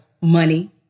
money